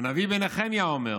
והנביא נחמיה אומר: